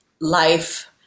life